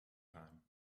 time